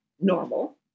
normal